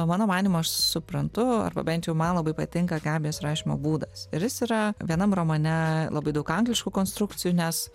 mano manymu aš suprantu arba bent jau man labai patinka gabijos rašymo būdas ir jis yra vienam romane labai daug angliškų konstrukcijų nes